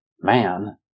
man